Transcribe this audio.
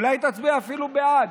אולי אפילו תצביע בעד.